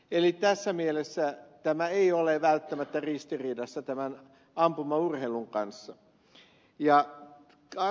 eli tässä mielessä tämä ei ole välttämättä ristiriidassa tämän ampumaurheilun kanssa